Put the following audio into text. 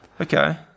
Okay